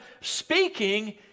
speaking